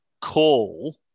call